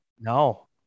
no